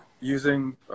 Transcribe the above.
using